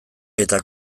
eta